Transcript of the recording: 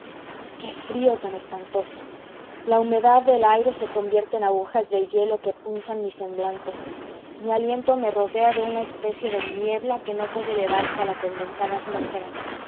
qué frío tan espantoso la humedad del aire se convierte en agujas de hielo que punzan mi semblante mi aliento me rodea de una especie de niebla que no puede elevarse a la condensada